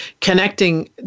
connecting